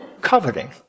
coveting